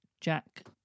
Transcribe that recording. Jack